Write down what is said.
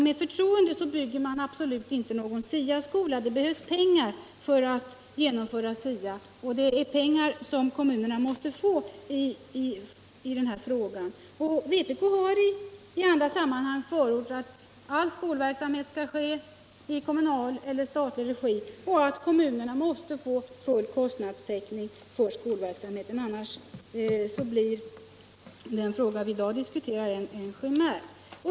Med förtroende bygger man absolut inte någon SIA-skola, det behövs pengar för att genomföra SIA, och det är pengar kommunerna behöver. Vpk har i andra sammanhang förordat att all skolverksamhet skall ske i kommunal eller statlig regi och att kommunerna måste få full kostnadstäckning för skolverksamheten, annars blir den fråga vi i dag diskuterar en chimär.